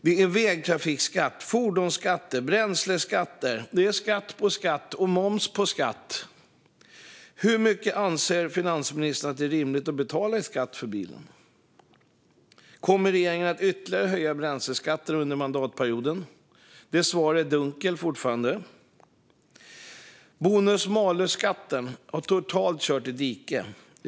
Vi har vägtrafikskatt, fordonsskatter, bränsleskatter, skatt på skatt och moms på skatt. Hur mycket anser finansministern att det är rimligt att betala i skatt för en bil? Kommer regeringen att ytterligare höja bränsleskatterna under mandatperioden? Det svaret är fortfarande dunkelt. Bonus-malus-skatten har totalt kört i diket.